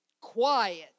quiet